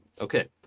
Okay